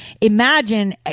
imagine